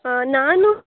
ನಾನು